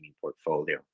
portfolio